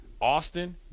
Austin